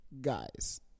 guys